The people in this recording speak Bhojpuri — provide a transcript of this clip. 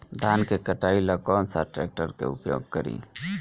धान के कटाई ला कौन सा ट्रैक्टर के उपयोग करी?